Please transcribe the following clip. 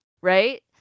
Right